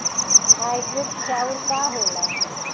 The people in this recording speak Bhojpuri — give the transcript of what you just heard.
हाइब्रिड चाउर का होला?